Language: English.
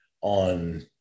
on